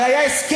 הרי היה הסכם,